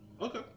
okay